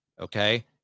Okay